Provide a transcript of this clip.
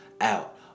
out